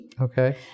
Okay